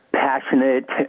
passionate